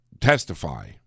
testify